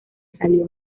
salió